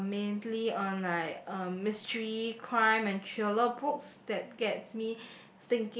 uh mainly on like um mystery crime and thriller books that gets me